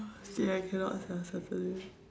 scared I cannot sia Saturday